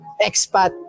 Expat